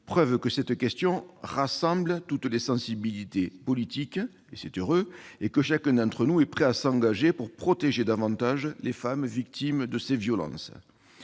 preuve que cette question rassemble toutes les sensibilités politiques- c'est heureux ! -et que chacun d'entre nous est prêt à s'engager pour protéger davantage les femmes victimes de ces violences.